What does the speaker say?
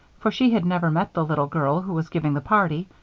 for she had never met the little girl who was giving the party,